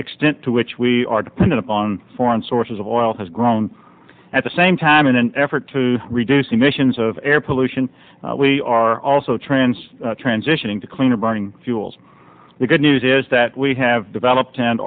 extent to which we are dependent on foreign sources of oil has grown at the same time in an effort to reduce emissions of air pollution we are also trends transitioning to cleaner burning fuels the good news is that we have developed